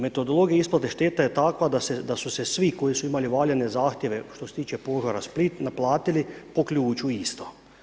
Metodologija isplate šteta je takva da su se svi koji su imali valjani zahtjeve što se tiče požara Split naplatili po ključu isto.